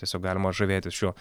tiesiog galima žavėtis šiuo